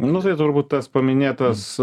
nu tai turbūt tas paminėtas